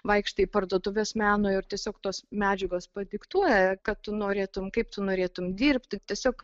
vaikštai į parduotuves meno ir tiesiog tos medžiagos padiktuoja ką tu norėtum kaip tu norėtum dirbti tiesiog